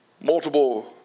multiple